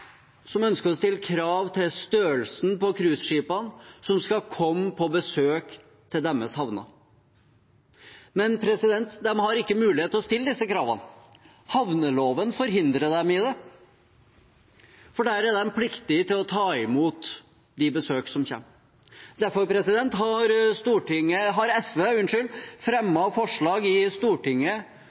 som ønsker å stille krav til størrelsen på cruiseskipene som skal komme på besøk til deres havner. Men de har ikke mulighet til å stille disse kravene. Havneloven forhindrer dem i det, for ifølge den er de pliktige til å ta imot de besøkene som kommer. Derfor har SV fremmet forslag i Stortinget